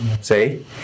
See